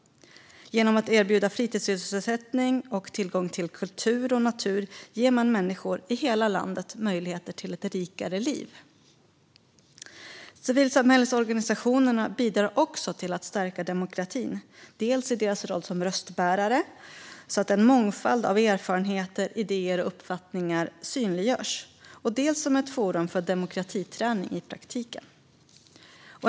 Genom att erbjuda fritidssysselsättning och tillgång till kultur och natur ger man människor i hela landet möjligheter till ett rikare liv. Civilsamhällesorganisationerna bidrar också till att stärka demokratin, dels i sin roll som röstbärare, så att en mångfald av erfarenheter, idéer och uppfattningar synliggörs, dels som forum för demokratiträning i praktiken.